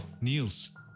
Niels